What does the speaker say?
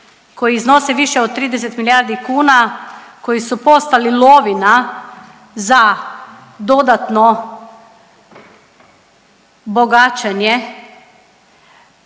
koji iznose više od 30 milijardi kuna koji su postali lovina za dodatno bogaćenje,